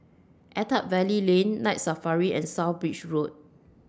Attap Valley Lane Night Safari and South Bridge Road